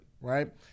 right